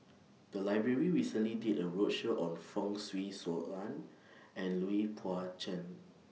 The Library recently did A roadshow on Fong Swee Suan and Lui Pao Chuen